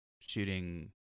shooting